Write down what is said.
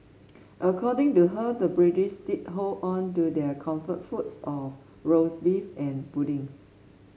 according to her the British did hold on to their comfort foods of roast beef and puddings